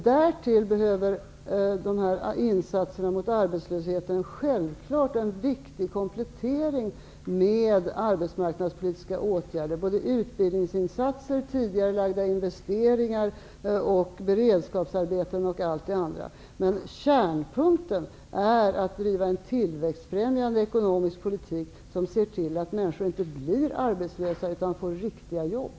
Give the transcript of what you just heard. Därtill behöver man självfallet som en viktig komplettering arbetsmarknadspolitiska åtgärder för att motverka arbetslösheten samt utbildningsinsatser, tidigarelagda investeringar, beredskapsarbeten och allt det andra. Men kärnpunkten är att driva en tillväxtfrämjande ekonomisk politik som ser till att människor inte blir arbetslösa utan får riktiga jobb.